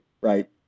right